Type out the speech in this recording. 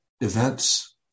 events